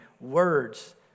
words